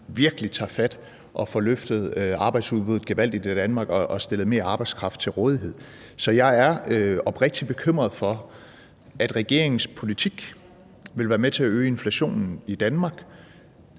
virkelig tager fat og får løftet arbejdsudbuddet gevaldigt i Danmark og stillet mere arbejdskraft til rådighed. Så jeg er oprigtigt bekymret for, at regeringens politik vil være med til at øge inflationen i Danmark,